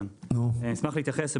כן, אני אשמח להתייחס.